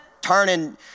turning